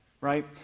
right